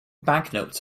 banknotes